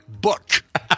Book